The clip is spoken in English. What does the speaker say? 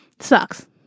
sucks